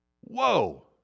Whoa